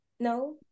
no